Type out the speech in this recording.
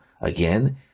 Again